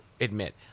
admit –